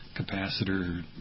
capacitor